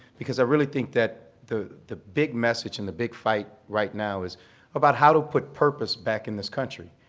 because i really think that the the big message and the big fight right now is about how to put purpose back in this country.